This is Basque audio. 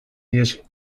ihesi